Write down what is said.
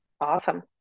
Awesome